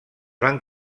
van